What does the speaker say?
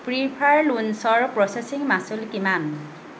prefer লোন্ছৰ processing মাচুল কিমান